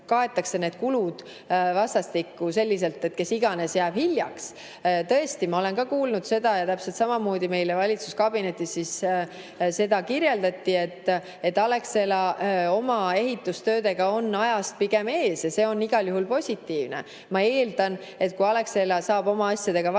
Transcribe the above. kaetakse need kulud vastastikku selliselt, et kes iganes jääb hiljaks[, vastutab]. Tõesti, ka mina olen kuulnud seda ja täpselt samamoodi meile valitsuskabinetis kirjeldati, et Alexela on ehitustöödega ajakavas pigem ees. See on igal juhul positiivne. Ma eeldan, et kui Alexela saab oma asjadega varem